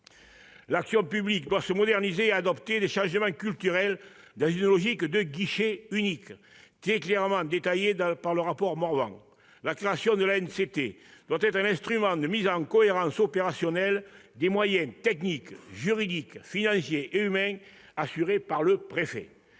l'action publique doit se moderniser. Des changements culturels s'imposent, dans une logique de guichet unique très clairement détaillée dans le rapport Morvan. L'ANCT doit être un instrument de mise en cohérence opérationnelle des moyens techniques, juridiques, financiers et humains, assurée par le préfet.